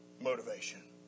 motivation